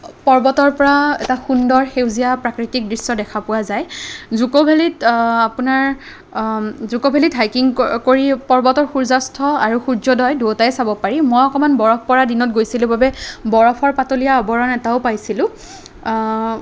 পৰ্বতৰ পৰা এটা সুন্দৰ সেউজীয়া প্ৰাকৃতিক দৃশ্য দেখা পোৱা যায় জুক' ভেলিত আপোনাৰ জুক' ভেলিত হাইকিং কৰি পৰ্বতত সূৰ্যাস্ত আৰু সূৰ্যোদয় দুয়োটাই চাব পাৰি মই অকণমান বৰফ পৰা দিনত গৈছিলোঁ বাবে বৰফৰ পাতলীয়া আৱৰণ এটাও পাইছিলোঁ